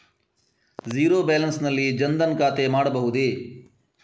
Zero balance ನಲ್ಲಿ ಜನ್ ಧನ್ ಖಾತೆ ಮಾಡಬಹುದೇ?